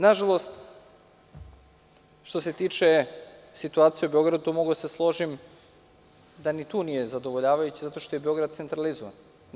Nažalost, što se tiče situacije u Beogradu, mogu da se složim da ni tu nije zadovoljavajuća, zato što je Beograd centralizovan.